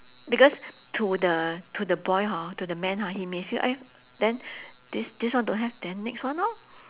because to the to the boy hor to the man ha he may feel !aiya! then this this one don't have then next one lor